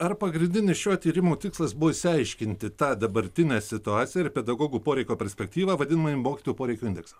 ar pagrindinis šio tyrimo tikslas buvo išsiaiškinti tą dabartinę situaciją ir pedagogų poreikio perspektyvą vadinamąjį mokytojų poreikio indeksą